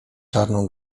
czarną